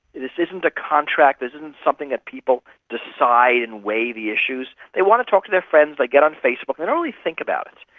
this isn't a contract, this isn't something that people decide and weigh the issues. they want to talk to their friends, they get on facebook, they don't really think about it,